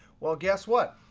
well, guess what?